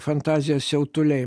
fantazijos siautuliai